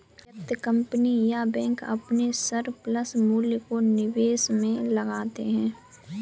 व्यक्ति, कंपनी या बैंक अपने सरप्लस मूल्य को निवेश में लगाते हैं